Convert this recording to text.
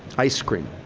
ice cream.